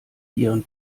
ihren